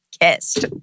kissed